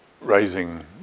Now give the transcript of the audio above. raising